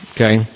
Okay